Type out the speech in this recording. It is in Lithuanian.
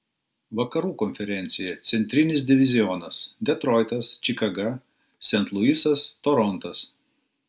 vakarų konferencija centrinis divizionas detroitas čikaga sent luisas torontas